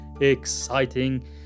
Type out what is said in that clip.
exciting